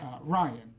Ryan